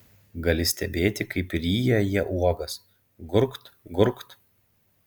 gali stebėti kaip ryja jie uogas gurkt gurkt